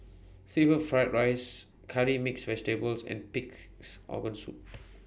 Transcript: Seafood Fried Rice Curry Mixed Vegetables and Pig'S Organ Soup